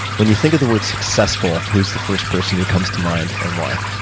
when you think of the word successful, who's the first person who comes to mind and why?